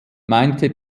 meinte